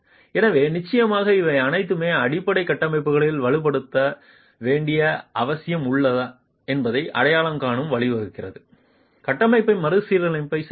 எனவே நிச்சயமாக இவை அனைத்தும் அடிப்படையில் கட்டமைப்பை வலுப்படுத்த வேண்டிய அவசியம் உள்ளதா என்பதை அடையாளம் காண வழிவகுக்கிறது கட்டமைப்பை மறுபரிசீலனை செய்ய வேண்டும்